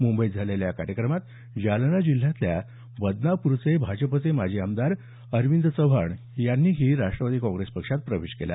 मुंबईत झालेल्या या कार्यक्रमात जालना जिल्ह्यातल्या बदनापूरचे भाजपचे माजी आमदार अरविंद चव्हाण यांनीही राष्ट्रवादी काँग्रेस पक्षात प्रवेश केला